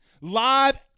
live